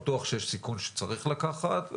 בטוח שיש סיכון שצריך לקחת,